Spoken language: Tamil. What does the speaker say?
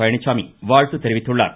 பழனிச்சாமி வாழ்த்து தெரிவித்துள்ளார்